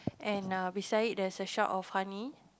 and err beside it there's a shop of honey